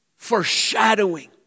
foreshadowing